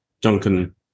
Duncan